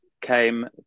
came